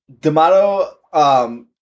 D'Amato